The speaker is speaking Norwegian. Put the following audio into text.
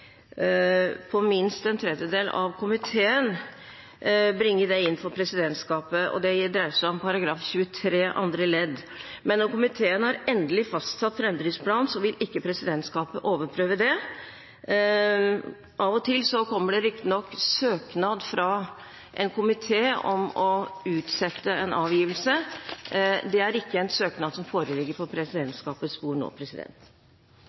på minst en tredjedel av komitémedlemmene bringe det inn for presidentskapet – det dreier seg om § 23 andre ledd. Men når komiteen har endelig fastsatt framdriftsplan, vil ikke presidentskapet overprøve det. Av og til kommer det riktignok søknad fra en komité om å utsette en avgivelse. Det er ikke en søknad som foreligger på presidentskapets bord nå.